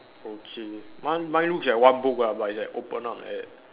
okay one mine looks like one book lah but it's like open up like that